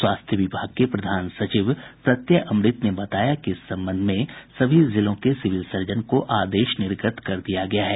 स्वास्थ्य विभाग के प्रधान सचिव प्रत्यय अमृत ने बताया कि इस संबंध में सभी जिलों के सिविल सर्जन को आदेश निर्गत कर दिया गया है